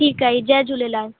ठीकु आहे जय झूलेलाल